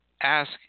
ask